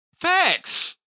Facts